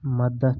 مدد